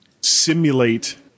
simulate